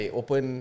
open